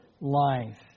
life